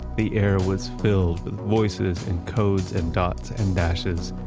the air was filled with voices, and codes, and dots, and dashes,